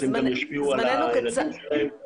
אז הם גם ישפיעו על הילדים שלהם.